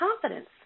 confidence